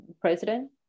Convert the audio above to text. president